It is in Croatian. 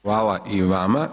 Hvala i vama.